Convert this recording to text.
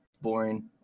boring